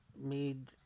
made